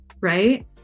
right